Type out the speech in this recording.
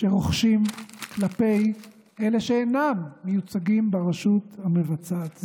שרוחשים כלפי אלה שאינם מיוצגים ברשות המבצעת.